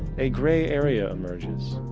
a grey area emerges.